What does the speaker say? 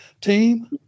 team